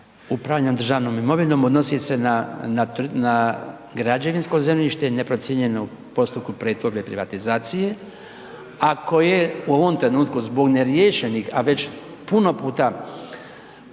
upravljanja državnom imovinom, odnosi se na građevinsko zemljište neprocijenjeno u postupku pretvorbe i privatizacije, a koje u ovom trenutku zbog neriješenih, a već puno puta pokušano